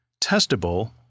testable